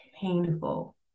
painful